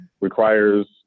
requires